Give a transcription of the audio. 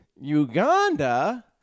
Uganda